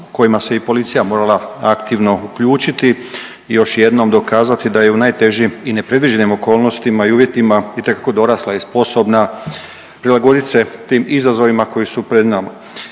kojima se i policija morala aktivno uključiti i još jednom dokazati da je u najtežim i nepredviđenim okolnostima i uvjetima itekako dorasla i sposobna prilagoditi se tim izazovima koji su pred nama.